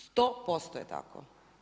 100% je tako.